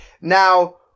Now